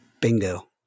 Bingo